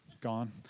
gone